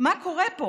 מה קורה פה: